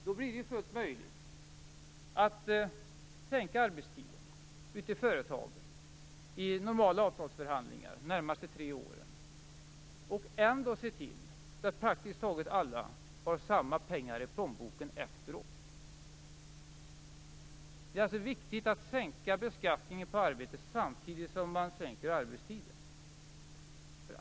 Då blir det fullt möjligt att sänka arbetstiden ute i företagen i normala avtalsförhandlingar de närmaste tre åren och ändå se till att praktiskt taget alla har samma pengar i plånboken efteråt. Det är alltså viktigt att sänka beskattningen på arbete samtidigt som man sänker arbetstiden.